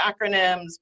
acronyms